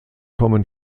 kommen